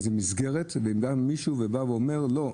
איזו מסגרת ובא מישהו ואומר: לא,